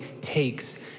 takes